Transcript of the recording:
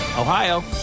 Ohio